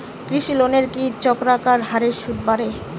কৃষি লোনের কি চক্রাকার হারে সুদ বাড়ে?